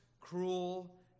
cruel